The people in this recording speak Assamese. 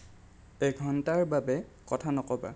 এঘণ্টাৰ বাবে কথা নক'বা